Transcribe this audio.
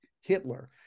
Hitler